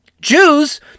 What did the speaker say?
Jews